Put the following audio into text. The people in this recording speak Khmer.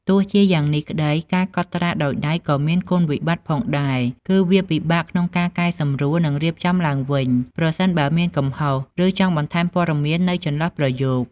ទោះជាយ៉ាងនេះក្តី ការកត់ត្រាដោយដៃក៏មាន គុណវិបត្តិ ផងដែរ គឺវា ពិបាកក្នុងការកែសម្រួល និងរៀបចំឡើងវិញ ប្រសិនបើមានកំហុស ឬចង់បន្ថែមព័ត៌មាននៅចន្លោះប្រយោគ។